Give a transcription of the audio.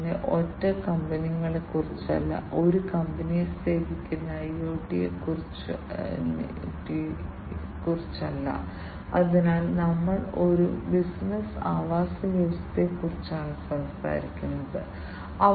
അതിനാൽ ഇംപെല്ലറുകൾ ഇത് വളരെ വൃത്താകൃതിയിലുള്ള ഒന്നാണെന്നും അതിന്റെ ഉപരിതലത്തിൽ കുറച്ച് ഗ്രോവ് ബ്ലേഡുകളും മറ്റും ഉണ്ടെന്നും നിങ്ങളിൽ ഭൂരിഭാഗവും ഇതിനകം കണ്ടിട്ടുണ്ടെന്ന് ഞാൻ കരുതുന്നു